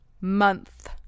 month